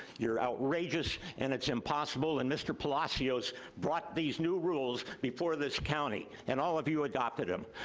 you're outrageous, and it's impossible, and mr. palazzio's brought these new rules before this county, and all of you adopted them.